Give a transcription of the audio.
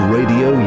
Radio